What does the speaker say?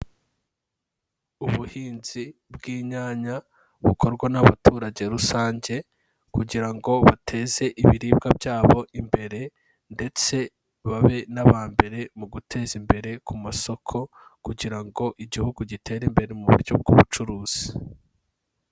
Ubuhinzi bw'inyanya bukorwa n'abaturage rusange kugira ngo bateze ibiribwa byabo imbere ndetse babe n'abambere mu guteza imbere ku masoko kugira ngo igihugu gitere imbere mu buryo bw'ubucuruzi.